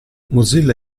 mozilla